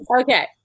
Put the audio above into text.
Okay